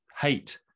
hate